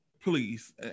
please